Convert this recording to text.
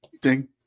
Ding